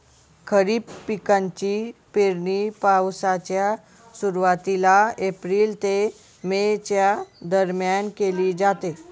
खरीप पिकांची पेरणी पावसाच्या सुरुवातीला एप्रिल ते मे च्या दरम्यान केली जाते